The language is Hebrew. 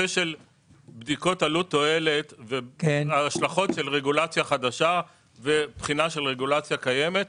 בדיקות עלות תועלת וההשלכות של רגולציה חדשה ובחינה של רגולציה קיימת.